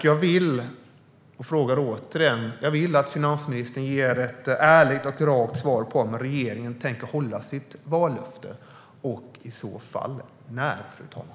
Jag vill att finansministern ger ett ärligt och rakt svar på om regeringen tänker hålla sitt vallöfte, och i så fall när det kommer att infrias.